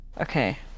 Okay